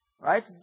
Right